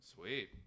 Sweet